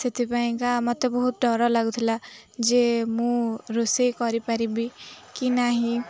ସେଥିପାଇଁକା ମୋତେ ବହୁତ ଡର ଲାଗୁଥିଲା ଯେ ମୁଁ ରୋଷେଇ କରିପାରିବି କି ନାହିଁ